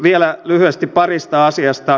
vielä lyhyesti parista asiasta